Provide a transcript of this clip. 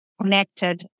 connected